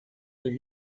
their